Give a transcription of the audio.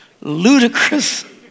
ludicrous